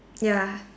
ya